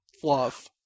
fluff